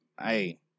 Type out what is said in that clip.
Hey